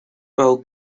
will